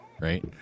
Right